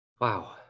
Wow